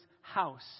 house